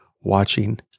watching